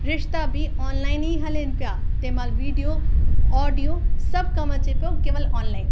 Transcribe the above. रिश्ता बि ऑनलाइन ई हलनि पिया तंहिं महिल वीडियो ऑडियो सभु कमु अचे पियो केवल ऑनलाइन